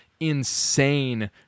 insane